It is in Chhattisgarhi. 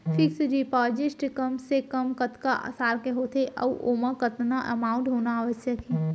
फिक्स डिपोजिट कम से कम कतका साल के होथे ऊ ओमा कतका अमाउंट होना आवश्यक हे?